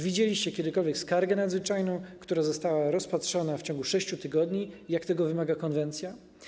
Widzieliście kiedykolwiek skargę nadzwyczajną, która została rozpatrzona w ciągu 6 tygodni, jak tego wymaga konwencja?